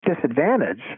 disadvantage